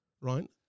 right